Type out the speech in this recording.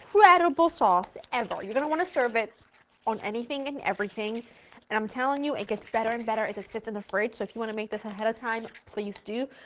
incredible sauce ever! you're going to want to serve it on anything and everything and i'm telling you it gets better and better as it sits in the fridge so if you want to make this ahead of time, please do.